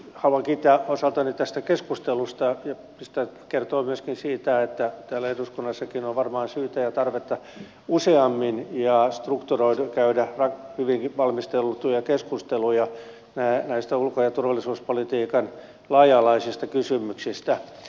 haluan kiittää osaltani tästä keskustelusta ja kertoa myöskin siitä että täällä eduskunnassakin on varmaan syytä ja tarvetta useammin ja strukturoiden käydä hyvinkin valmisteltuja keskusteluja näistä ulko ja turvallisuuspolitiikan laaja alaisista kysymyksistä